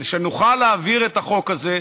שנוכל להעביר את החוק הזה.